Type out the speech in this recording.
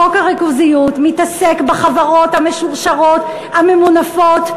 חוק הריכוזיות מתעסק בחברות המשורשרות, הממונפות,